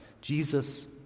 Jesus